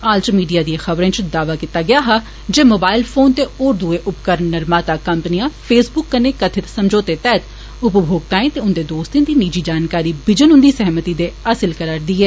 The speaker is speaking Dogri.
हाल च मीडिया दी खबरे च दावा कीता गेदा हा जे मोबाइल फोन ते होर उपकरण निर्माता कम्पनियां फैसबुक कन्नै कथित समझौते तैहत उपभोक्ताएं ते उन्दे दोस्तें दी निजी जानकारी बिजन उन्दी सहमति दे हासल करा'रदी ऐ